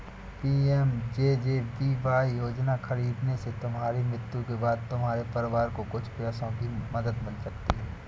PMJJBY योजना खरीदने से तुम्हारी मृत्यु के बाद तुम्हारे परिवार को कुछ पैसों की मदद मिल सकती है